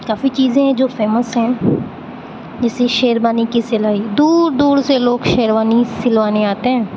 کافی چیزیں جو فیمس ہیں جیسے شیروانی کی سلائی دور دور سے لوگ شیروانی سلوانے آتے ہیں